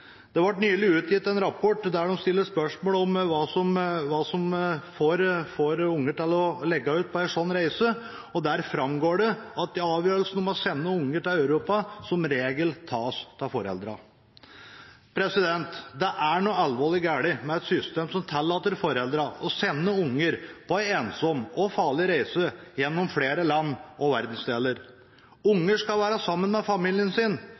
Det ble nylig utgitt en rapport der de stiller spørsmål om hva som får unger til å legge ut på en slik reise, og der framgår det at avgjørelsen om å sende unger til Europa som regel tas av foreldrene. Det er noe alvorlig galt med et system som tillater foreldrene å sende unger ut på en ensom og farlig reise gjennom flere land og verdensdeler. Unger skal være sammen med familien sin,